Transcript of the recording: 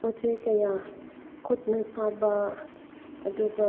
ꯄꯣꯠ ꯆꯩ ꯀꯌꯥ ꯈꯨꯠꯅ ꯁꯥꯕ ꯑꯗꯤꯒ